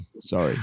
sorry